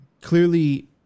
clearly